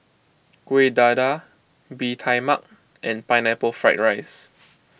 Kuih Dadar Bee Tai Mak and Pineapple Fried Rice